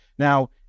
Now